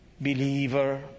believer